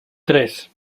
tres